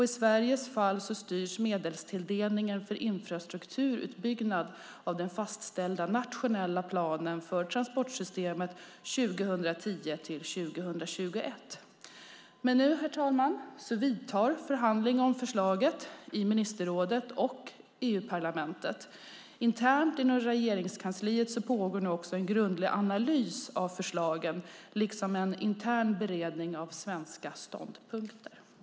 I Sveriges fall styrs medelstilldelningen för infrastrukturutbyggnad av den fastställda nationella planen för transportssystemet 2010-2021. Nu, herr talman, vidtar förhandling om förslaget i ministerrådet och EU-parlamentet. Internt inom Regeringskansliet pågår nu också en grundlig analys av förslagen, liksom en intern beredning av svenska ståndpunkter. Då Jonas Sjöstedt, som framställt en av interpellationerna, hade anmält att han var förhindrad att närvara vid sammanträdet medgav andre vice talmannen att Siv Holma fick ta emot svaret även på denna interpellation.